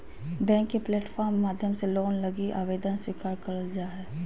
bank के platform माध्यम से लोन लगी आवेदन स्वीकार करल जा हय